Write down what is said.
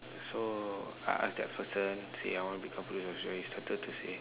so I asked that person say I want become police officer he started to